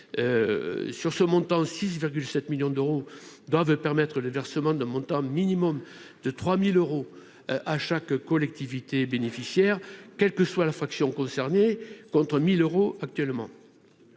sur ce montant 6,7 millions d'euros doivent permettre le versement d'un montant minimum de 3000 euros à chaque collectivité bénéficiaire, quelle que soit la fraction contre 1000 euros actuellement,